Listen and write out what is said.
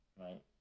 right